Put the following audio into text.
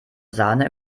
sahne